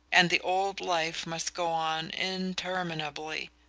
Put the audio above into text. and the old life must go on interminably.